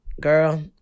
girl